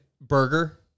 burger